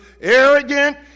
arrogant